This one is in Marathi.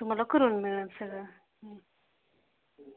तुम्हाला करून मिळेल सगळं